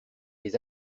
les